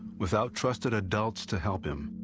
without trusted adults to help him,